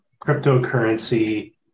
cryptocurrency